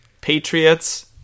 Patriots